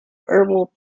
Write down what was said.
herbal